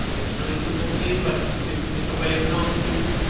i mean it's a really simple thing, but it's it's a way of telling students,